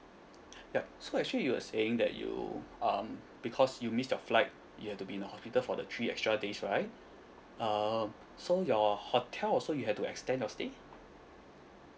yup so actually you were saying that you um because you missed your flight you have to be in a hospital for the three extra days right uh so your hotel also you have to extend your stay